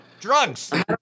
drugs